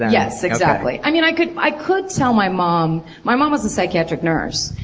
yes, exactly. i mean, i could i could tell my mom. my mom was a psychiatric nurse.